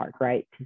right